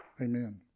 Amen